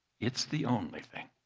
it's the only thing.